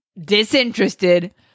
disinterested